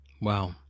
Wow